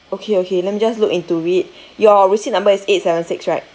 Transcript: okay okay let me just look into it your receipt number is eight seven six right